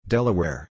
Delaware